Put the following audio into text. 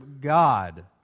God